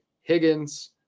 Higgins